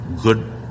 good